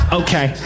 okay